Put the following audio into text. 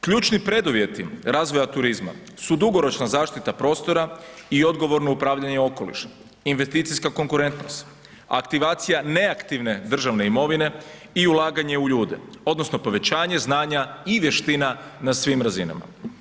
Ključni preduvjeti razvoja turizma su dugoročna zaštita prostora i odgovorno upravljanje okolišom, investicijska konkurentnost, aktivacija neaktivne državne imovine i ulaganje u ljude odnosno povećanje znanja i vještina na svim razinama.